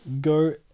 go